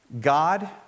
God